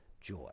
joy